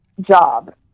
job